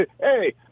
hey